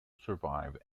survive